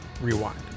Rewind